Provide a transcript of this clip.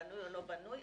בנוי או לא בנוי,